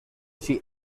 she